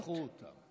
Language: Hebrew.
רצחו אותם.